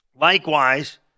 likewise